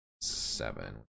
Seven